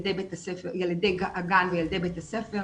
לילדי הגן וילדי בית הספר.